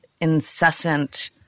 incessant